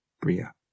Bria